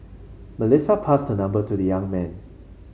Melissa passed her number to the young man